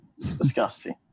Disgusting